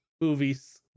movies